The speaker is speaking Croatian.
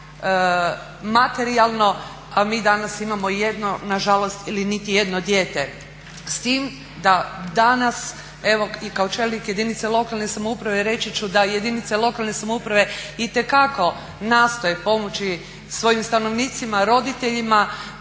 presudno materijalno, a mi danas imamo jedno nažalost ili niti jedno dijete. S tim da danas evo kao čelnik jedinice lokalne samouprave reći ću da jedinice lokalne samouprave itekako nastoje pomoći svojim stanovnicima, roditeljima